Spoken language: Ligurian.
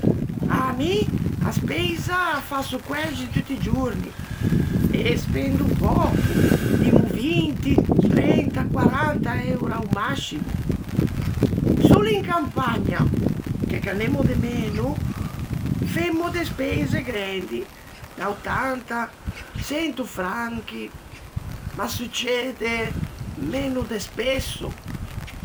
Ah mi a speisa â fasso quæxi tutti i giorni, e spendo pöco, dimmo vinti, trenta, quaranta euro a-o mascimo. Solo in campagna, che gh'anemmo de meno, femmo de speise grendi, da ottanta, çento franchi, ma succede meno de spesso.